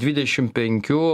dvidešim penkių